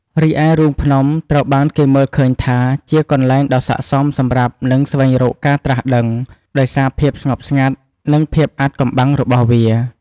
រីឯរូងភ្នំ ត្រូវបានគេមើលឃើញថាជាកន្លែងដ៏ស័ក្តិសមសម្រាប់ និង ស្វែងរកការត្រាស់ដឹង ដោយសារភាពស្ងប់ស្ងាត់ និងភាពអាថ៌កំបាំងរបស់វា។